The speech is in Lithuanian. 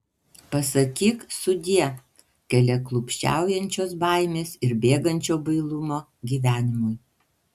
pasakyk sudie keliaklupsčiaujančios baimės ir bėgančio bailumo gyvenimui